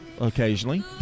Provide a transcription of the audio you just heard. occasionally